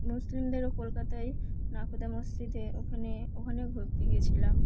মুসলিমদেরও কলকাতায় নাখোদা মসজিদে ওখানে ওখানে ঘুরতে গিয়েছিলাম